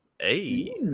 Hey